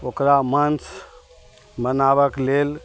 ओकरा मासु बनाबऽके लेल